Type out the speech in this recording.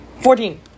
fourteen